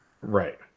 right